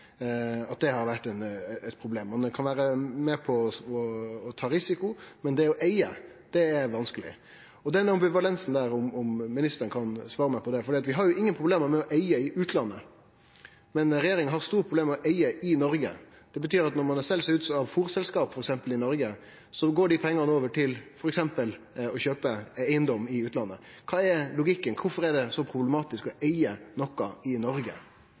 eige? Det har vore eit problem. Ein kan vere med på å ta risiko, men det å eige, det er vanskeleg. Kan ministeren svare meg om den ambivalensen? Vi har ingen problem med å eige i utlandet, men regjeringa har store problem med å eige i Noreg. Det betyr at når ein har selt seg ut av f.eks. fôrselskap i Noreg, går pengane over til f.eks. å kjøpe eigedom i utlandet. Kva er logikken? Kvifor er det så problematisk å eige noko i Noreg?